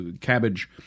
cabbage